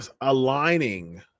aligning